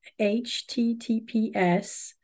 https